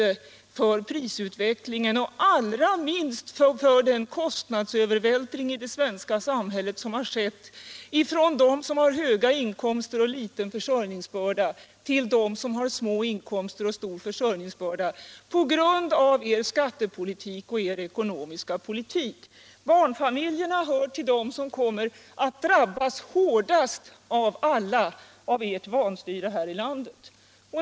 Men dessa höjningar kompenserar ju inte prisutvecklingen och allra minst den kostnadsövervältring som har skett i det svenska samhället från dem som har höga inkomster och liten försörjningsbörda till dem som har små inkomster och stor försörjningsbörda, på grund av er skattepolitik och ekonomiska politik. Barnfamiljerna hör till dem som kommer att drabbas hårdast av ert vanstyre här i landet.